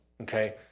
okay